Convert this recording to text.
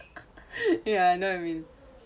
ya I know what you mean